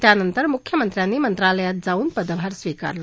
त्यानंतर मुख्यमंत्र्यांनी मंत्रालयात जावून पदभार स्विकारला